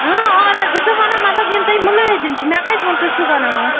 اۭں اونَر بہٕ چھَسو وَنان مطلب یِم تۄہہِ مٕلٲزِم چھِ مےٚ کَتہِ ووٚن تُہۍ چھُو بَناوان